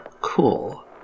Cool